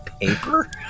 paper